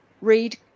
read